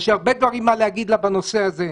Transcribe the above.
יש לי הרבה דברים להגיד לה בנושא הזה.